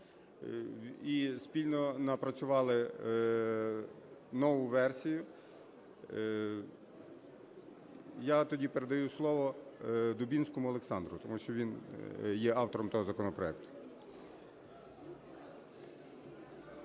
і спільно напрацювали нову версію, я тоді передаю слово Дубінському Олександру. Тому що він є автором того законопроекту.